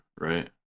right